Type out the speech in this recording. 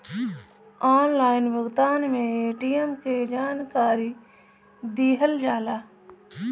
Online भुगतान में ATM के जानकारी दिहल जाला?